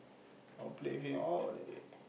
I'll play with him all day